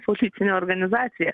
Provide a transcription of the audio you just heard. politinę organizaciją